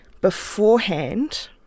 beforehand